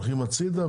הולכים הצידה,